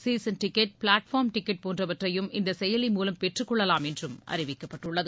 season ticket platform ticket போன்றவற்றையும் இந்த செயலி மூலம் பெற்றுக் கொள்ளலம் என்றும் அறிவிக்கப்பட்டுள்ளது